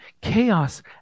chaos